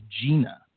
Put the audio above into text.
Gina